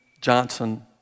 Johnson